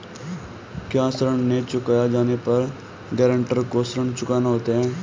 क्या ऋण न चुकाए जाने पर गरेंटर को ऋण चुकाना होता है?